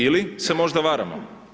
Ili se možda varamo?